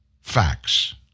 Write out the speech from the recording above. Facts